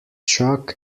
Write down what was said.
chuck